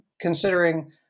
considering